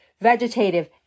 vegetative